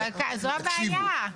זו הבעיה.